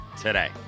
today